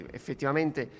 effettivamente